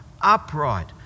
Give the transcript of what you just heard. upright